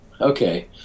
Okay